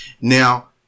Now